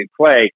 play